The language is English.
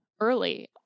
early